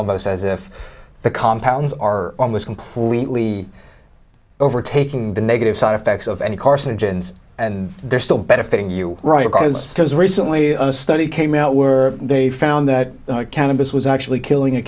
almost as if the compounds are almost completely overtaking the negative side effects of any carcinogens and they're still benefiting you write because recently a study came out were they found that cannabis was actually killing a